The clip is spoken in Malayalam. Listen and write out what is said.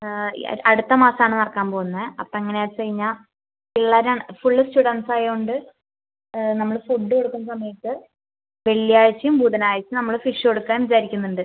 ഈ അടുത്ത മാസമാണ് നടക്കാൻ പോവുന്നത് അപ്പോൾ എങ്ങനെയാണെന്ന് വച്ച് കഴിഞ്ഞാൽ പിള്ളേരാണ് ഫുള്ള് സ്റ്റുഡൻസ്സ് ആയത് കൊണ്ട് നമ്മൾ ഫുഡ്ഡ് കൊടുക്കുന്ന സമയത്ത് വെള്ളിയാഴ്ചയും ബുധനാഴ്ചയും നമ്മൾ ഫിഷ് കൊടുക്കാൻ വിചാരിക്കുന്നുണ്ട്